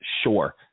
sure